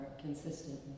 consistent